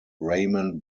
raymond